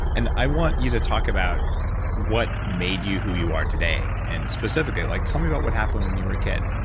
and i want you to talk about what made you who you are today, and specifically, like tell me about what happened when you were a kid